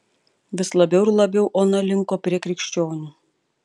vis labiau ir labiau ona linko prie krikščionių